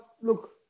Look